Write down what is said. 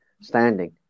standing